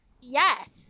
yes